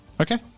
Okay